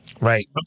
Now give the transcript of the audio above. Right